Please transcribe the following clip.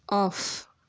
off